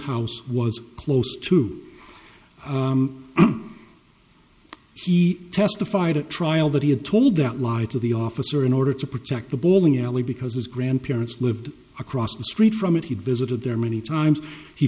house was close to he testified at trial that he had told that lie to the officer in order to protect the bowling alley because his grandparents lived across the street from it he visited there many times he